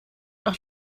nach